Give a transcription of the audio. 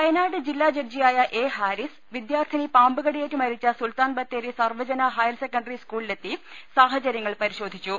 വയനാട് ജില്ലാ ജഡ്ജിയായ എ ഹാരിസ് വിദ്യാർത്ഥിനി പാമ്പ് കടിയേറ്റ് മരിച്ച സുൽത്താൻ ബ്ത്തേരി സർവ്വജന ഹയർ സെക്കണ്ടറി സ്കൂളിലെത്തി സാഹചര്യങ്ങൾ പരിശോധിച്ചു